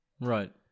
Right